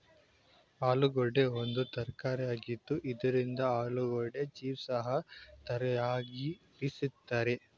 ಆಲೂಗೆಡ್ಡೆ ಒಂದು ತರಕಾರಿಯಾಗಿದ್ದು ಇದರಿಂದ ಆಲೂಗೆಡ್ಡೆ ಚಿಪ್ಸ್ ಸಹ ತರಯಾರಿಸ್ತರೆ